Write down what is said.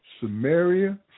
Samaria